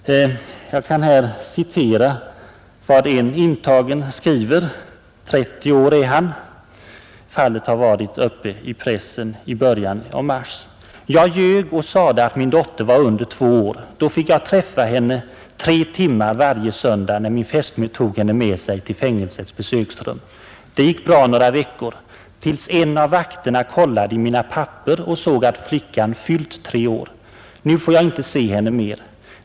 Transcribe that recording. Jag vill citera vad en 30-årig intern säger i ett fall som var i pressen i början av mars: ”Jag ljög och sade att min dotter var under två år. Då fick jag träffa henne tre timmar varje söndag när min fästmö tog henne med sig till fängelsets besöksrum. Det gick bra några veckor. Tills en av vakterna kollade i mina papper och såg att flickan fyllt tre år. Nu får jag inte se henne mer.